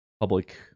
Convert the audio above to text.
public